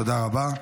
תודה רבה.